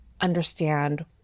understand